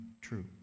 true